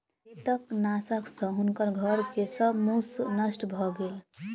कृंतकनाशक सॅ हुनकर घर के सब मूस नष्ट भ गेल